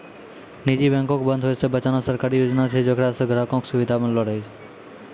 निजी बैंको के बंद होय से बचाना सरकारी योजना छै जेकरा से ग्राहको के सुविधा बनलो रहै